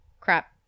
crap